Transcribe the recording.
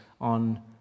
on